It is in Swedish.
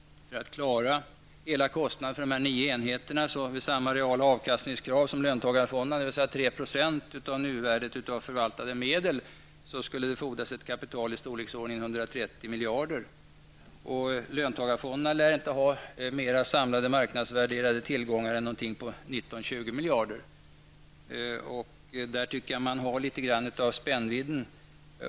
För att klara kostnaderna för dessa nio enheter har vi samma reala avkastningskrav som löntagarfonderna, dvs. 3 % av nuvärdet av förvaltade medel. Det skulle då fordras ett kapital i storleksordningen 130 miljarder. Och löntagarfonderna lär inte ha mer samlade marknadsvärderade tillgångar än ca 19--20 miljarder. Där ser man något av spännvidden.